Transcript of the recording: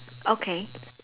okay